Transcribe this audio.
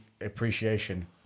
appreciation